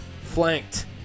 flanked